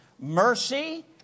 Mercy